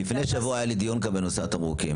לפני שבוע היה לי דיון כאן בנושא התמרוקים,